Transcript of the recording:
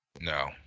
No